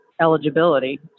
eligibility